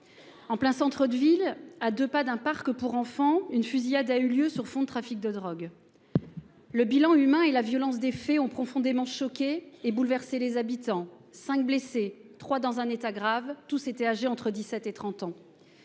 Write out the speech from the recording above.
en plein centre-, ville à 2 pas d'un parc pour enfants, une fusillade a eu lieu sur fond de trafic de drogue. Le bilan humain et la violence des faits ont profondément choqué et bouleversé les habitants 5 blessés, trois dans un état grave. Tous étaient âgés entre 17 et 30 ans.